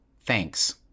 Thanks